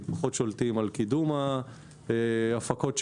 פחות שולטים על קידום ההפקות שלנו,